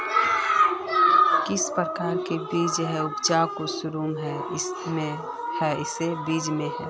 किस प्रकार के बीज है उपज कुंसम है इस बीज में?